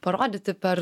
parodyti per